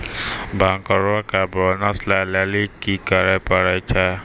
बैंकरो के बोनस लै लेली कि करै पड़ै छै?